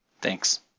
Thanks